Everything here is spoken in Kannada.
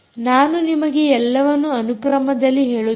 ನಾನು ನಿಮಗೆ ಎಲ್ಲವನ್ನೂ ಅನುಕ್ರಮದಲ್ಲಿ ಹೇಳುತ್ತಿಲ್ಲ